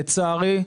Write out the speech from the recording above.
לצערי,